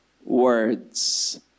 words